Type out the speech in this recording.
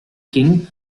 king